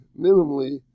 minimally